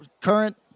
Current